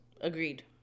Agreed